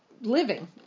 living